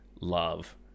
love